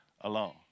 alone